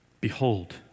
Behold